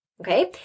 Okay